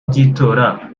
by’itora